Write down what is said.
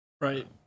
Right